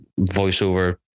voiceover